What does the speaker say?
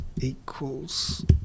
equals